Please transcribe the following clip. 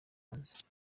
hanze